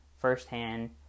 firsthand